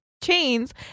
chains